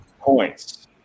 points